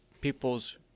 people's